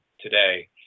today